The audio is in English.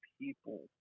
people